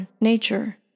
nature